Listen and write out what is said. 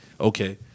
okay